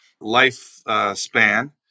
lifespan